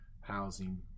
housing